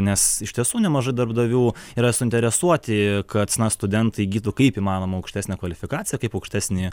nes iš tiesų nemažai darbdavių yra suinteresuoti kad studentai įgytų kaip įmanoma aukštesnę kvalifikaciją kaip aukštesni